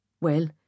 Well